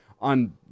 on